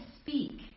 speak